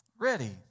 Ready